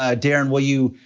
ah darren, will you